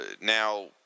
Now